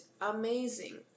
amazing